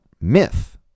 myth